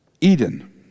Eden